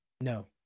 No